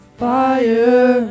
fire